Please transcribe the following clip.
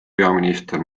peaminister